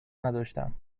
نداشتم